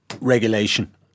regulation